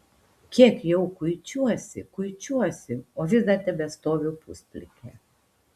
kiek jau kuičiuosi kuičiuosi o vis dar tebestoviu pusplikė